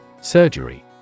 Surgery